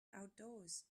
outdoors